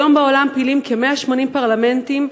בעולם כיום פעילים כ-180 פרלמנטים,